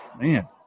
Man